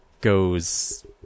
goes